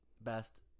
best